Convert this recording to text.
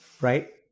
Right